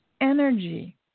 energy